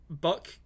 Buck